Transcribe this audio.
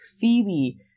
Phoebe